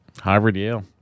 Harvard-Yale